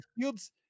Fields